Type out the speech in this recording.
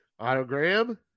Autogram